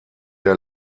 der